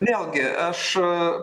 vėlgi aš